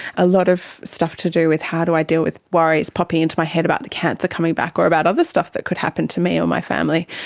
a lot of stuff to do with how do i deal with worries popping into my head about the cancer coming back or about other stuff that could happen to me or my family?